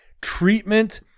treatment